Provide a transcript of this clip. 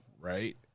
Right